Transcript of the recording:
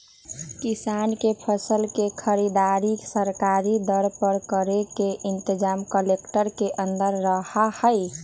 किसान के फसल के खरीदारी सरकारी दर पर करे के इनतजाम कलेक्टर के अंदर रहा हई